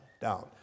down